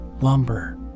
lumber